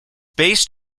based